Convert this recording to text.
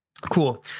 cool